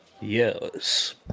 Yes